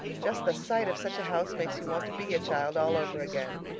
just the sight of such a house makes you want to be a child all over again.